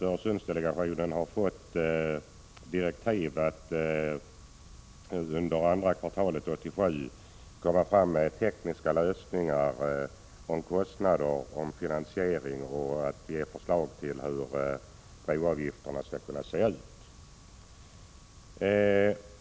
Öresundsdelegationen har fått direktiv om att under andra kvartalet 1987 lägga fram förslag beträffande tekniska lösningar, kostnader, finansiering och utformningen av broavgifterna.